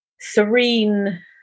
serene